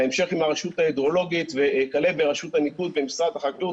בהמשך עם הרשות ההידרולוגית וכלה ברשות הניקוז במשרד החקלאות.